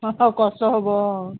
কষ্ট হ'ব অ'